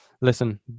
listen